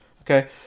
okay